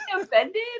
offended